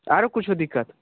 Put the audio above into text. आरो किछु दिक्कत